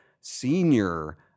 senior